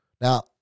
Now